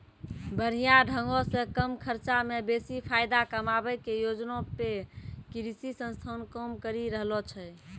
बढ़िया ढंगो से कम खर्चा मे बेसी फायदा कमाबै के योजना पे कृषि संस्थान काम करि रहलो छै